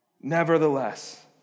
nevertheless